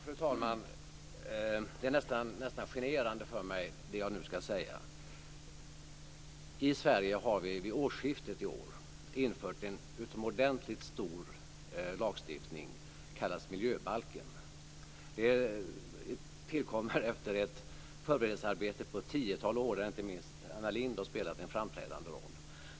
Fru talman! Det är nästan genant att behöva säga det som jag nu skall säga. I Sverige trädde vid det senaste årskiftet en utomordentligt stor lagstiftning i kraft, nämligen miljöbalken. Den har tillkommit efter ett förberedelsearbete av ett tiotal år, där inte minst Anna Lindh har spelat en framträdande roll.